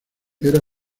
era